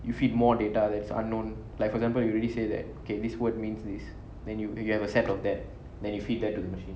you feed more data that's unknown like for example you already say that okay this word means this then you you you have a set of that then you feed that to the machine